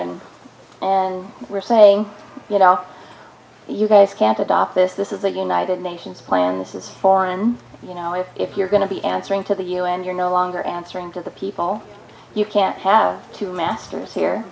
and and we're saying you know you guys can't adopt this this is the united nations plan this is foreign you know as if you're going to be answering to the u n you're no longer answering to the people you can't have two masters here